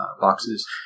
boxes